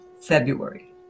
February